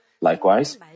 Likewise